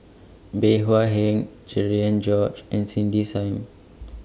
Bey Hua Heng Cherian George and Cindy SIM